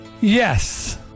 Yes